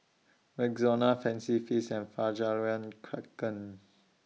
Rexona Fancy Feast and Fjallraven Kanken